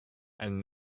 and